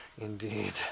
Indeed